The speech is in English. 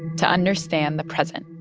to understand the present